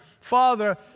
Father